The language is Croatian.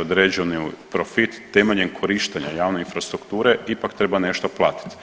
određeni profit temeljem korištenja javne infrastrukture ipak treba nešto platiti.